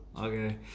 Okay